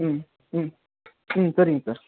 ம் ம் ம் சரிங்க சார்